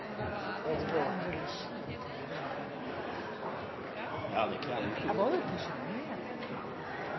selv om det ikke er en